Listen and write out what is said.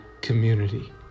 community